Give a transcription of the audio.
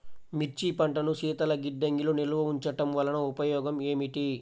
మిర్చి పంటను శీతల గిడ్డంగిలో నిల్వ ఉంచటం వలన ఉపయోగం ఏమిటి?